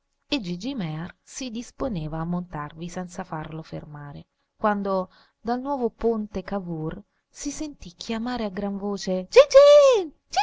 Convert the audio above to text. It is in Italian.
e gigi mear si disponeva a montarvi senza farlo fermare quando dal nuovo ponte cavour si sentì chiamare a gran voce